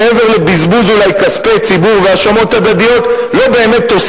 שיו"ר ועדת ביקורת המדינה הנוכחי שאל אותו כבר ב-2007,